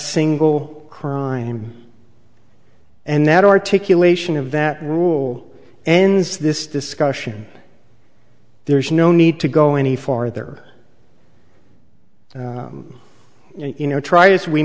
single crime and that articulation of that rule ends this discussion there is no need to go any farther you know try as we